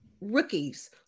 rookies